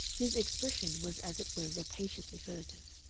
his expression was as it were rapaciously furtive.